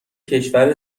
کشور